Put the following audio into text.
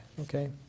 Okay